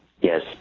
Yes